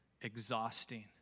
exhausting